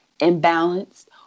imbalanced